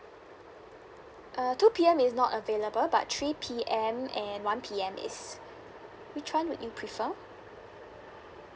uh two P_M is not available but three P_M and one P_M is which one would you prefer